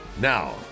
now